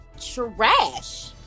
trash